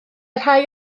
rhai